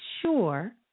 sure